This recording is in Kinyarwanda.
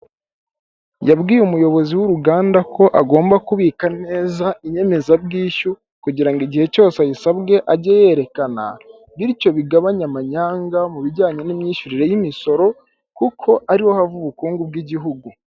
Yabwiye umuyobozi w'uruganda ko agomba kubika neza inyemezabwishyu kugira ngo igihe cyose ayisabwe ajye ayerekana, bityo bigabanye amanyanga mu bijyanye n'imyishyurire y'imisoro kuko ariho hava ubukungu bw'igihugu.